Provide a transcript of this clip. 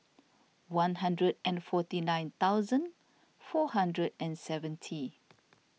one hundred and forty nine thousand four hundred and seventy